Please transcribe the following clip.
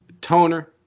toner